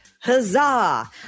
Huzzah